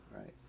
right